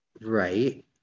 right